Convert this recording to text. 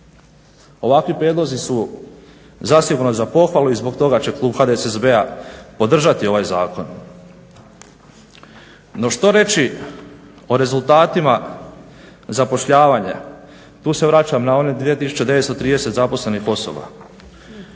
Ovakvi prijedlozi su zasigurno za pohvalu i zbog toga će klub HDSSB-a podržati ovaj zakon. No što reći o rezultatima zapošljavanja. Tu se vraćam na onih 2930 zaposlenih osoba.